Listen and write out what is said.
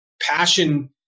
passion